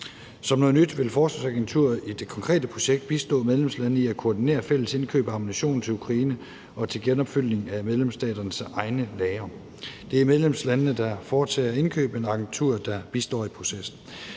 Som noget nyt vil Forsvarsagenturet i det konkrete projekt bistå medlemslandene i at koordinere fælles indkøb af ammunition til Ukraine og til genopfyldning af medlemsstaternes egne lagre. Det er medlemslandene, der foretager indkøbene, og det er agenturet, der bistår i processen.